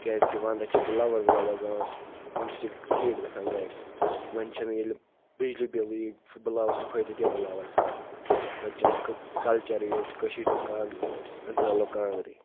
کیازِ کہِ وَنٛدَس چھِ بُلاور وُلاوَر زالان تَمہِ سۭتۍ چھِ ہیٖٹر گژھان گَرِ وۄنۍ چھِنہٕ ییٚلہِ بِجلی بِلٕے یہِ بٕلاوَر سۭتۍ فٲیِدٕ کینٛہہ بٕلاوَر زالنُکھ وۄنۍ چھِ اَسہِ کَلچَرٕے ییٚلہِ کٔشیٖرِ کانٛگرِ أسۍ زالو کانٛگرٕ